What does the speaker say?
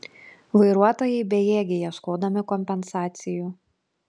vairuotojai bejėgiai ieškodami kompensacijų